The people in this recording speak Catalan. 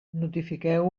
notifiqueu